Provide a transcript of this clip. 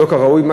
שלא כראוי,